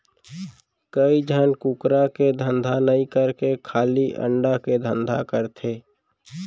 कइ झन कुकरा के धंधा नई करके खाली अंडा के धंधा करथे